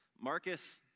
Marcus